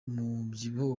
umubyibuho